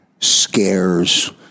scares